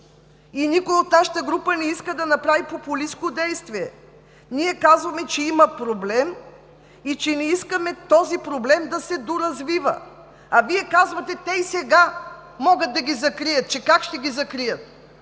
и никой от нашата група не иска да направи популистко действие. Ние казваме, че има проблем и че не искаме този проблем да се доразвива, а Вие казвате: те и сега могат да ги закрият. Че как ще ги закрият?!